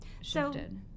shifted